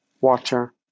water